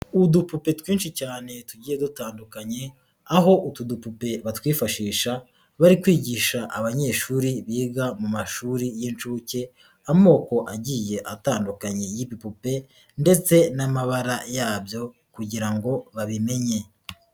Udupupe twinshi cyane tugiye dutandukanye, aho utu dupupe batwifashisha bari kwigisha abanyeshuri biga mu mashuri y'incuke amoko agiye atandukanye y'ibipupe ndetse n'amabara yabyo kugira ngo babimenye.